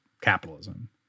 capitalism